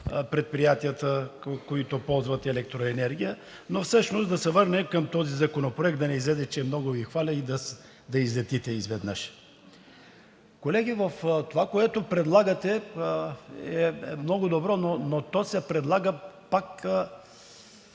предприятията, които ползват електроенергия. Но всъщност да се върнем към този законопроект, за да не излезе, че много Ви хваля и да излетите изведнъж. Колеги, това, което предлагате, е много добро, но то се предлага пак…